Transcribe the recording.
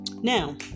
Now